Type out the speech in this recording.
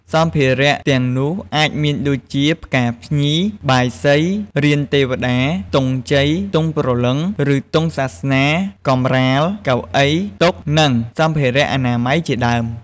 សម្ភារៈទាំងនោះអាចមានដូចជា ផ្កាភ្ញី បាយសី រានទេវតា ទង់ជ័យ ទង់ព្រលឹង ឬទង់សាសនា កម្រាល កៅអី តុ និងសម្ភារៈអនាម័យជាដើម។